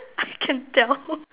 I can tell